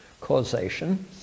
causation